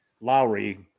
Lowry